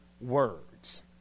words